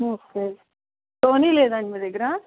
okay Sony లేదా అండి మీ దగ్గర